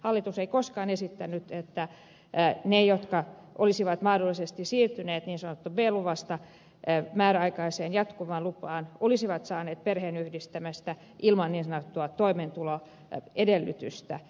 hallitus ei koskaan esittänyt että ne jotka olisivat mahdollisesti siirtyneet niin sanotusta b luvasta määräaikaiseen jatkuvaan lupaan olisivat saaneet perheen yhdistämisen ilman niin sanottua toimeentuloedellytystä